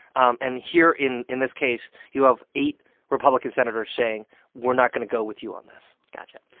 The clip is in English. um and here in in this case, you have eight republican senators saying we're not going to go with you on this gotcha.